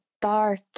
dark